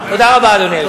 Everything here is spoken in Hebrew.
תודה רבה, אדוני היושב-ראש.